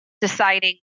deciding